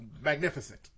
magnificent